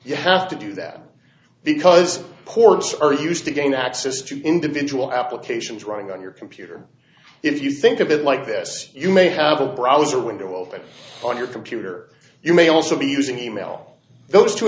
you have to do that because ports are used to gain access to individual applications running on your computer if you think of it like this you may have a browser window open on your computer you may also be using e mail those two